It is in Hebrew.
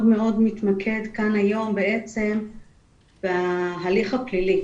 מאוד מתמקד כאן היום בעצם בהליך הפלילי,